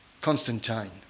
Constantine